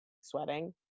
sweating